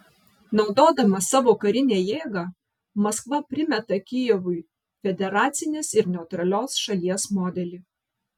naudodama savo karinę jėgą maskva primeta kijevui federacinės ir neutralios šalies modelį